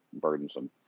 burdensome